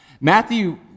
Matthew